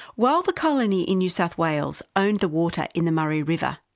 while the colony in new south wales owned the water in the murray river,